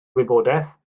gwybodaeth